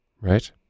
right